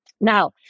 Now